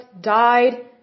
died